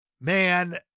Man